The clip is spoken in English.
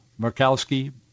Murkowski